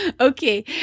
Okay